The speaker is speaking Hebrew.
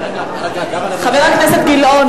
חבר הכנסת גילאון,